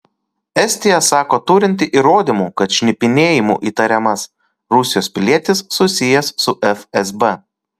estija sako turinti įrodymų kad šnipinėjimu įtariamas rusijos pilietis susijęs su fsb